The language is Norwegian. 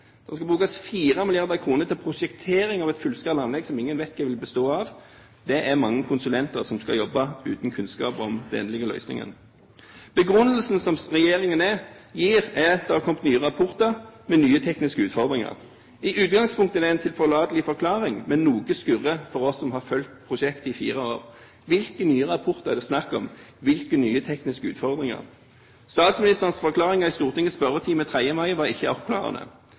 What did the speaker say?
Det skal brukes 4 mrd. kr til prosjektering av et fullskala anlegg som ingen vet hva vil bestå av. Det er mange konsulenter som skal jobbe uten kunnskap om den endelige løsningen. Begrunnelsen som regjeringen gir, er at det har kommet nye rapporter med nye tekniske utfordringer. I utgangspunktet er det en tilforlatelig forklaring, men noe skurrer for oss som har fulgt prosjektet i fire år. Hvilke nye rapporter er det snakk om? Hvilke nye tekniske utfordringer? Statsministerens forklaringer i Stortingets spørretime 5. mai var ikke avklarende.